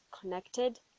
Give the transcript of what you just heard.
connected